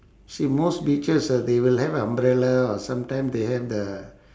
see most beaches uh they will have umbrella or sometime they have the